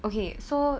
okay so